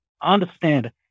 understand